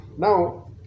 Now